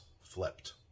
flipped